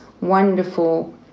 wonderful